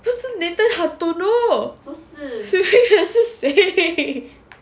不是 nathan hartono swimming 的是谁